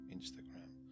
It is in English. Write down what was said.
Instagram